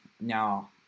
now